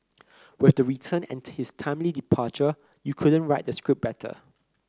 with her return and his timely departure you couldn't write the script better